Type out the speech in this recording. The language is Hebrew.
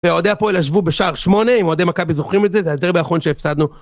ואוהדי הפועל ישבו בשער שמונה, אם אוהדי מכבי זוכרים את זה, זה הדרבי האחרון שהפסדנו.